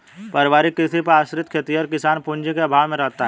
पारिवारिक कृषि पर आश्रित खेतिहर किसान पूँजी के अभाव में रहता है